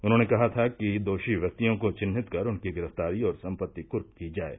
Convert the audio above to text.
उन्होंने कहा था कि दोषी व्यक्तियों को चिन्हित कर उनकी गिरफ्तारी और सम्पत्ति क्रर्क की जाये